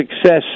success